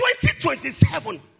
2027